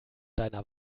deiner